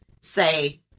say